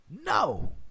No